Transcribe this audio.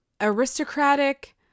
aristocratic